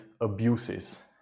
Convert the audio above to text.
abuses